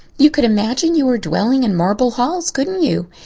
you could imagine you were dwelling in marble halls, couldn't you?